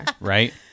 right